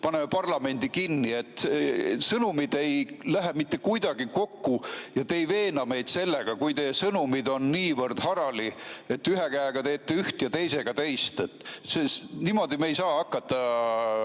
paneme parlamendi kinni. Sõnumid ei lähe mitte kuidagi kokku ja te ei veena meid sellega, kui teie sõnumid on niivõrd harali, et ühe käega teete üht ja teisega teist. Niimoodi me ei saa hakata